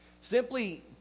simply